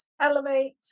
Elevate